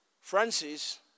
Francis